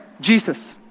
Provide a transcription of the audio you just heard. Jesus